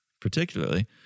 particularly